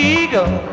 eagle